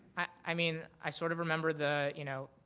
i mean, i sort of remember the, you know,